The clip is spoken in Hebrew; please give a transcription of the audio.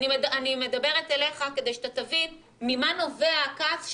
אני מדברת אליך כדי שאתה תבין ממה נובע הכעס שלי.